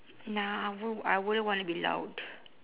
nah I w~ I wouldn't wanna be loud